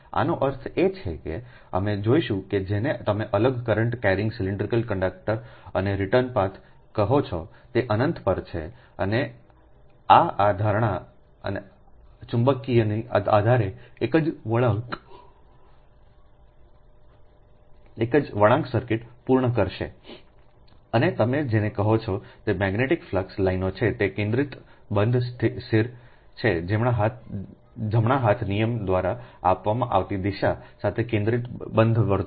આનો અર્થ એ છે કે અમે જોઈશું કે જેને તમે અલગ કરંટ કેરીંગ સિન્ડ્રિકલ કંડક્ટર અને રીટર્ન પાથ કહે છે તે અનંત પર છે આ આ ધારણા અને ચુંબકીયના આધારે એક જ વળાંક સર્કિટ પૂર્ણ કરશે અને તમે જેને કહો છો અને મેગ્નેટિક ફ્લક્સ લાઇનો છે તે કેન્દ્રિત બંધ સિર છે જમણા હાથના નિયમ દ્વારા આપવામાં આવતી દિશા સાથે કેન્દ્રિત બંધ વર્તુળો